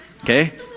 Okay